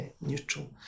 neutral